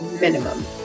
minimum